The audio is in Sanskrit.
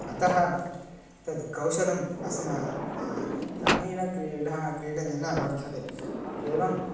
अतः तद् कौशलम् अस्माकं ग्रामीणक्रीडां क्रीडनेन वर्धते एवम्